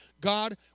God